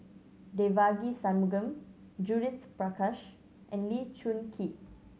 Devagi Sanmugam Judith Prakash and Lee Choon Kee